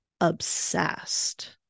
obsessed